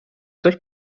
coś